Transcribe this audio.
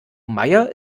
maier